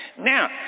Now